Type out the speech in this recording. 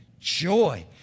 Joy